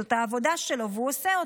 זאת העבודה שלו והוא עושה אותה.